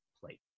place